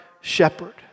shepherd